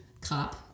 cop